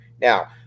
Now